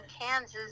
Kansas